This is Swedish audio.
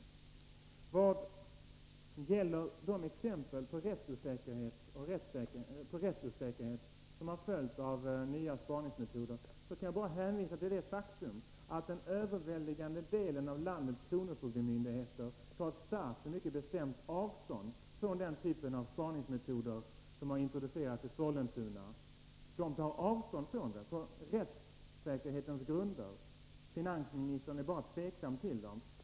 I vad gäller den rättsosäkerhet som blivit en följd av nya spaningsmetoder kan jag hänvisa till det faktum att den övervägande delen av landets kronofogdemyndigheter mycket bestämt tar avstånd från den typ av spaningsmetoder som har introducerats i Sollentuna. De tar avstånd från de metoderna på rättssäkerhetens grunder. Finansministern är bara tveksam till dessa åtgärder.